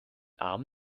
arm